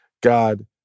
God